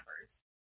numbers